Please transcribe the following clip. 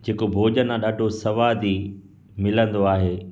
जेको भोजन आहे ॾाढो सवादी मिलंदो आहे